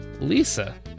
Lisa